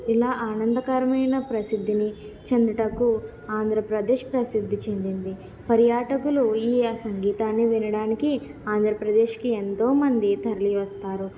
ఇలా ఆనందకరమైన ప్రసిద్ధిని చెందుటకు ఆంధ్రప్రదేశ్ ప్రసిద్ధి చెందింది పర్యాటకులు ఈ య సంగీతాన్ని వినడానికి ఆంధ్రప్రదేశ్కి ఎంతో మంది తరలి వస్తారు